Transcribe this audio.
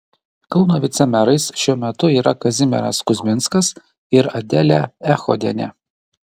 kauno vicemerais šiuo metu yra kazimieras kuzminskas ir adelė echodienė